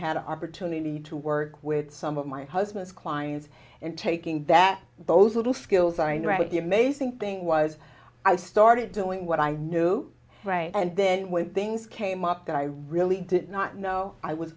had an opportunity to work with some of my husband's clients and taking that those little skills are in the right the amazing thing was i started doing what i knew right and then when things came up that i really did not know i was